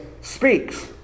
speaks